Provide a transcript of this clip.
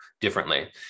differently